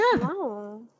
Wow